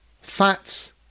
fats